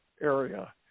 area